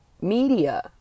media